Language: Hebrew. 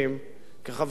כחברי כנסת, לדעת